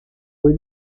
fue